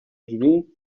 drzwi